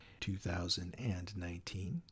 2019